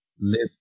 lips